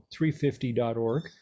350.org